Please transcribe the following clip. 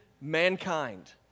mankind